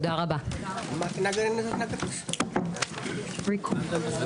הישיבה ננעלה בשעה 13:04.